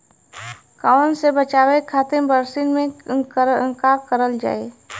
कवक से बचावे खातिन बरसीन मे का करल जाई?